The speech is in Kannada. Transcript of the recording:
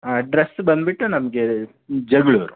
ಅಡ್ರಸ್ಸ್ ಬಂದುಬಿಟ್ಟು ನಮಗೆ ಜಗಳೂರು